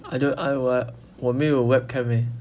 I don~ I uh 我没有 webcam leh